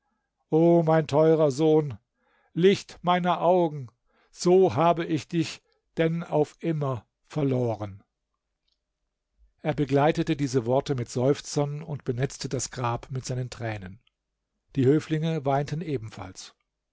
o mein teurer sohn licht meiner augen so habe ich dich denn auf immer verloren er begleitete diese worte mit seufzern und benetzte das grab mit seinen tränen die höflinge weinten ebenfalls